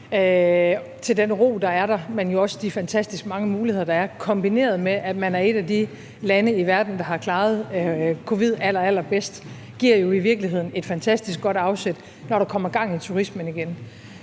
og den ro, der er der, men også de fantastisk mange muligheder, der er, kombineret med, at man er et af de lande i verden, der har klaret covid-19 allerallerbedst, giver jo i virkeligheden et fantastisk godt afsæt, når der kommer gang i turismen igen.